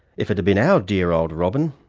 if it had been our dear old robyn,